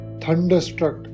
thunderstruck